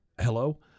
Hello